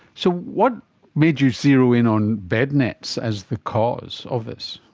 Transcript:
so what made you zero in on bed nets as the cause of this?